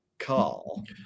call